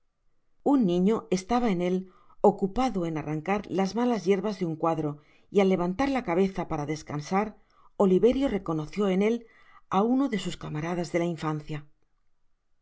un niño estaba en el ocupado en arrancar las malas yerbas de un cuadro y al levantar la cabeza para descansar oliverio reconoció en él á uno de sus camaradas de la infancia al